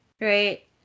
right